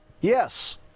Yes